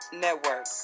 network